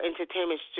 entertainment